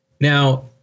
now